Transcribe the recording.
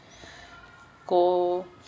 \go